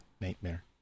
Nightmare